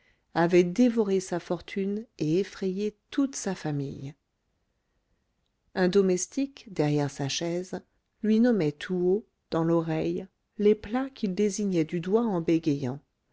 avait dévoré sa fortune et effrayé toute sa famille un domestique derrière sa chaise lui nommait tout haut dans l'oreille les plats qu'il désignait du doigt en bégayant